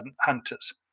hunters